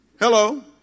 Hello